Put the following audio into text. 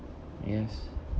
yes